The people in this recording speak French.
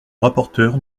rapporteur